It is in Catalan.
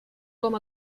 com